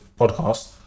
podcast